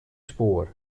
spoor